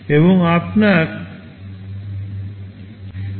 এবং আপনার memory byte addressable